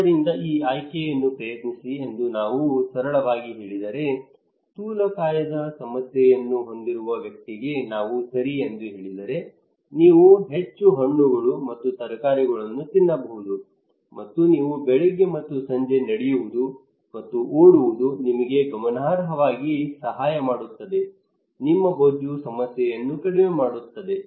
ಆದ್ದರಿಂದ ಈ ಆಯ್ಕೆಯನ್ನು ಪ್ರಯತ್ನಿಸಿ ಎಂದು ನಾವು ಸರಳವಾಗಿ ಹೇಳಿದರೆ ಸ್ಥೂಲಕಾಯದ ಸಮಸ್ಯೆಯನ್ನು ಹೊಂದಿರುವ ವ್ಯಕ್ತಿಗೆ ನಾವು ಸರಿ ಎಂದು ಹೇಳಿದರೆ ನೀವು ಹೆಚ್ಚು ಹಣ್ಣುಗಳು ಮತ್ತು ತರಕಾರಿಗಳನ್ನು ತಿನ್ನಬಹುದು ಮತ್ತು ನೀವು ಬೆಳಿಗ್ಗೆ ಮತ್ತು ಸಂಜೆ ನಡೆಯುವುದು ಮತ್ತು ಓಡುವುದು ನಿಮಗೆ ಗಮನಾರ್ಹವಾಗಿ ಸಹಾಯ ಮಾಡುತ್ತದೆ ನಿಮ್ಮ ಬೊಜ್ಜು ಸಮಸ್ಯೆಯನ್ನು ಕಡಿಮೆ ಮಾಡುತ್ತದೆ